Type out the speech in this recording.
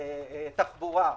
תחבורה,